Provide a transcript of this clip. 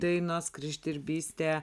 dainos kryždirbystė